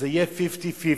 שזה יהיה 50 50,